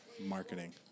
Marketing